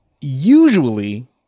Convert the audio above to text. usually